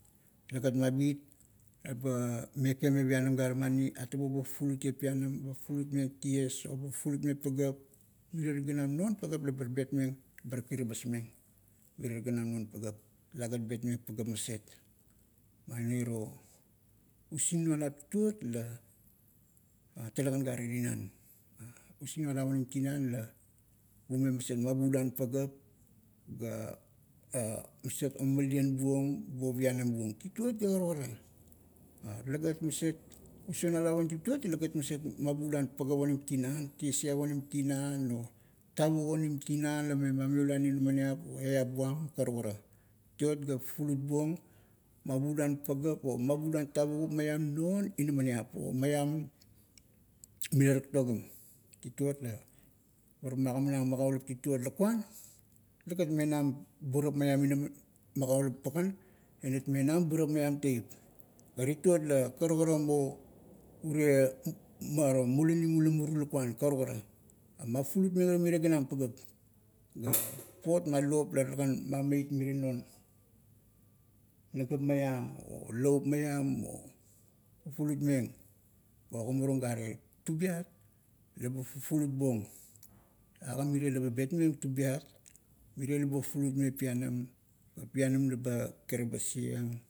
Talegat mabit, eba meke me pianam gare mani, atabo ba fulutieng pianam, ba fulutmeng ties, o ba fulutmeng pagap mirier ganam non pagap labar betmeng, bar kiribasmeng mirier ganam non pagap, lagat betmeng pagap maset. Muana iro usingnualap tituot la, talegan gare tinan. Usingnualap onim tinan la, bume maset mabuluan pagap ga, maset omalien buong bo pianam buong. Tituot ga karukara. Talegat maset, usingnualap onim tituot talegat maset mabuluan pagap onim tinan, tiesiap onim tinan, o tavuk onim tinan lame mamiuluan inamaniap o eap buam karukara. Tituot ga fufulutbuong, mabuluan pagap o mabuluan tavvukup miam non inamaniap o maiam mila taktogim. Tituot la, bar magamanang magaulup tituot lakuan, legat menam burap maiam teip. Ga tituot fa karukara o urie maro mulinim ula muru lakuan, karukara. Magulutmeng ara mirie ganam pagap ga, papot ma lop la talegan mameit mirie non, nagap maiam o laup maiam o fufulutmeng. Pa ogamarung gare, tubiat, leba fufulutbuong. Aga mirie laba betmeng tubiat, mirie leba o fulutmeng-pianam. Ga pianam leba kiribasieng.